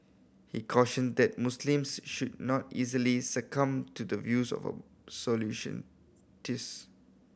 he cautioned that Muslims should not easily succumb to the views of absolution